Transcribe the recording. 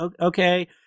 okay